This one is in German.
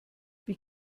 wie